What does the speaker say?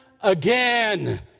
again